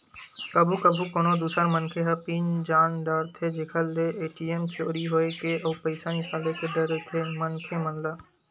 कभू कभू कोनो दूसर मनखे ह पिन जान डारथे जेखर ले ए.टी.एम चोरी होए के अउ पइसा निकाले के डर रहिथे मनखे मन ल